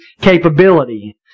capability